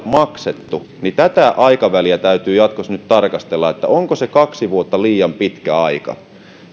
maksettu tätä aikaväliä täytyy jatkossa nyt tarkastella onko se kaksi vuotta liian pitkä aika